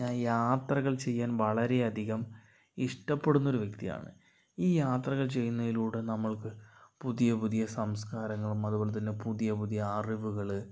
ഞാൻ യാത്രകള് ചെയ്യാൻ വളരെ അധികം ഇഷ്ടപ്പെടുന്ന ഒരു വ്യക്തിയാണ് ഈ യാത്രകൾ ചെയ്യുന്നയിലൂടെ നമ്മൾക്ക് പുതിയ പുതിയ സംസ്കാരങ്ങളും അതുപോലെതന്നെ പുതിയ പുതിയ അറിവുകള്